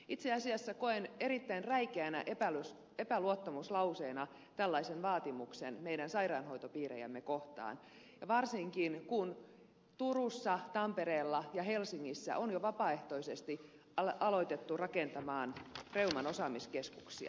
itse asiassa koen tällaisen vaatimuksen erittäin räikeänä epäluottamuslauseena meidän sairaanhoitopiirejämme kohtaan ja varsinkin kun turussa tampereella ja helsingissä on jo vapaaehtoisesti alettu rakentaa reuman osaamiskeskuksia